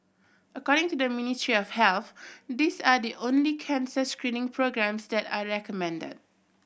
according to the Ministry of Health these are the only cancer screening programmes that are recommended